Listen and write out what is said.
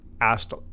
asked